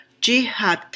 jihad